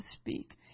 speak